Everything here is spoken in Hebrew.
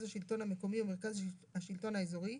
השלטון המקומי ומרכז השלטון האזורי,